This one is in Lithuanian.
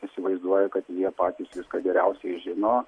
įsivaizduoja kad jie patys viską geriausiai žino